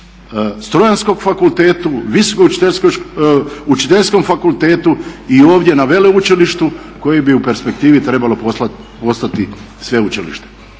Strojarskom fakultetu, Učiteljskom fakultetu i ovdje na veleučilištu koji bi u perspektivi trebalo postati sveučilište.